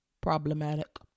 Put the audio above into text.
problematic